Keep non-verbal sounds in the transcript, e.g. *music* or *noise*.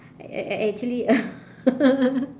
ac~ ac~ actually *laughs*